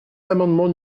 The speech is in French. l’amendement